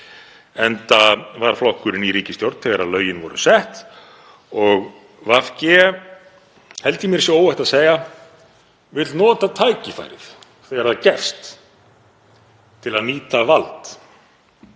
enda var flokkurinn í ríkisstjórn þegar lögin voru sett. VG, held ég mér sé óhætt að segja, vill nota tækifærið þegar það gafst til að nýta vald.